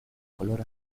color